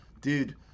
dude